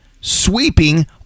sweeping